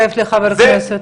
אחת.